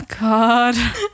god